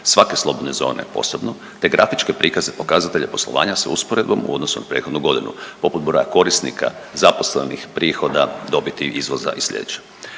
svake slobodne zone posebno te grafičke prikaze pokazatelja poslovanja sa usporedbom u odnosu na prethodnu godinu, poput broja korisnika, zaposlenih, prihoda, dobiti, izvoza i sljedeće.